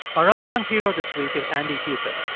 our unsung hero this week is andy huether.